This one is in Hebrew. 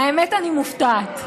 האמת, אני מופתעת.